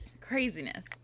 craziness